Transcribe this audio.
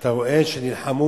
שאתה רואה שנלחמו,